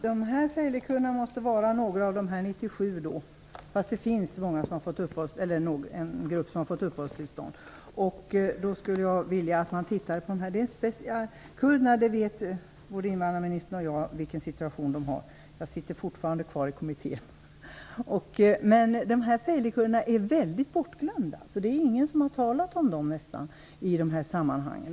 Fru talman! De feilikurder som jag talar om måste vara några av de 97 iranska medborgarna. Det finns en grupp som redan fått uppehållstillstånd. Invandrarministern och jag - jag sitter fortfarande i kommittén - känner till kurdernas situation. Men feilikurderna är bortglömda. Det är ingen som har talat om dem i dessa sammanhang.